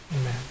Amen